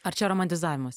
ar čia romantizavimas